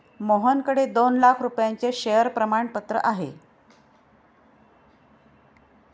मोहनकडे दोन लाख रुपयांचे शेअर प्रमाणपत्र आहे